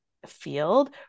field